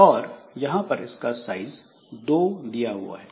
और यहां पर इसका साइज दो दिया हुआ है